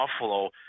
Buffalo